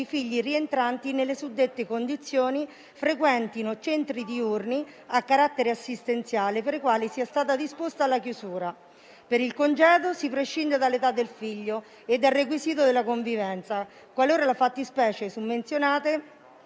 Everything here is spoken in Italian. i figli rientranti nelle suddette condizioni frequentino centri diurni a carattere assistenziale per i quali sia stata disposta la chiusura. Per il congedo si prescinde dall'età del figlio e dal requisito della convivenza, qualora le fattispecie summenzionate